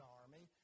army